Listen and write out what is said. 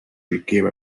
became